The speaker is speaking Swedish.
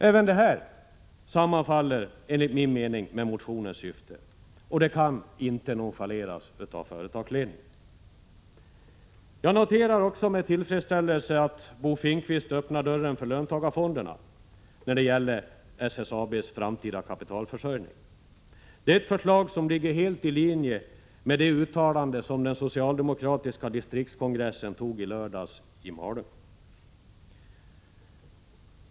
Även det här sammanfaller enligt min mening med motionens syfte, och det kan inte nonchaleras av företagsledningen. Jag noterar också med tillfredsställelse att Bo Finnkvist öppnar dörren för löntagarfonderna när det gäller SSAB:s framtida kapitalförsörjning. Det är ett förslag som ligger helt i linje med det uttalande som den socialdemokratiska distriktskongressen i Malung antog i lördags.